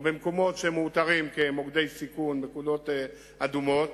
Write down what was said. או במקומות שמאותרים כמוקדי סיכון, נקודות אדומות,